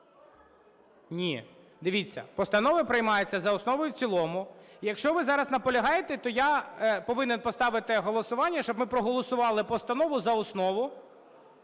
Ні, дивіться, постанови приймаються за основу і в цілому. Якщо ви зараз наполягаєте, то я повинен поставити голосування, щоб ми проголосували постанову за основу